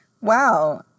Wow